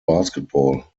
basketball